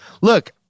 Look